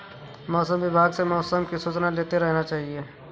मौसम विभाग से मौसम की सूचना लेते रहना चाहिये?